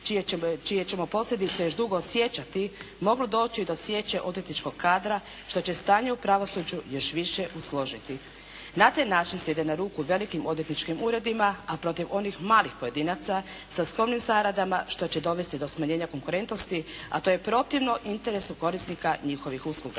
čije ćemo posljedice još dugo osjećati mogu doći do …/Govornica se ne razumije./… odvjetničkog kadra što će stanje u pravosuđu još više usložiti. Na taj način se ide na ruku velikim odvjetničkim uredima, a protiv onih malih pojedinaca sa skromnim zarada što će dovesti do smanjenja konkurentnosti, a to je protivno interesu korisnika njihovih usluga.